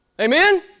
Amen